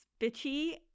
bitchy